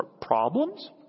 problems